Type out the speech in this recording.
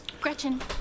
Gretchen